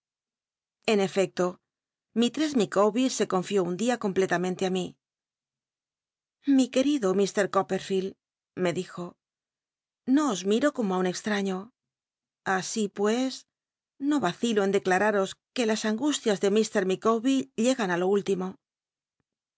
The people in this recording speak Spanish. en efecto mistress micawbc se conlió un dia completamente i mi lli querido m coppcrfield me dijo no os acilo en miro como un extra iio así pues no y os que las angustias de mr ilicawbc lledeclal'a gan á lo úllimo